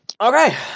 Okay